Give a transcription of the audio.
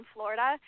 Florida